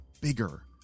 bigger